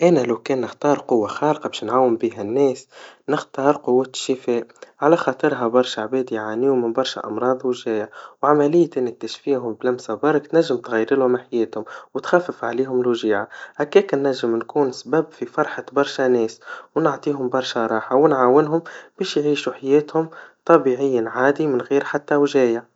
أنا لو كان اختار قوا خارقا باش نعاون بيها الناس, نختار قوة الشفاء, على خاطرها برشا عباد ياعانيوا من برشا أمراض واوجاع, وعملية انك تشفيهم بلمسا بارك تنجم تغيرلهم حياتهم, وتخفف عليهم الوجيعا, هكيك ننجم نكون سبب في فرحة برشا ناس, ونعطيهم برشا راحا, ونعاونهم باش يعيشو حياتهم طبيعياً عادي, ومن غير حتى وجايع.